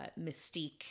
mystique